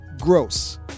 Gross